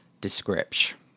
description